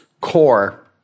core